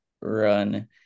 run